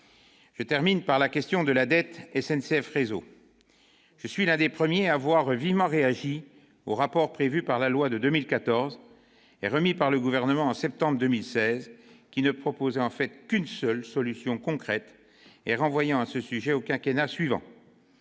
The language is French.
enfin la question de la dette de SNCF Réseau. Je suis l'un des premiers à avoir vivement réagi au rapport prévu par la loi de 2014 et remis par le gouvernement en septembre 2016, qui ne proposait en fait qu'une seule solution concrète, et renvoyait ce sujet au quinquennat suivant,